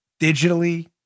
digitally